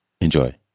Enjoy